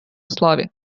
слові